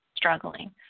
struggling